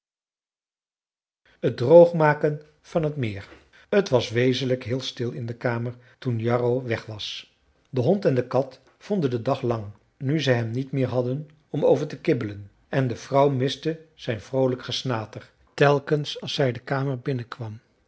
het droogmaken van het meer t was wezenlijk heel stil in de kamer toen jarro weg was de hond en de kat vonden den dag lang nu ze hem niet meer hadden om over te kibbelen en de vrouw miste zijn vroolijk gesnater telkens als zij de kamer binnen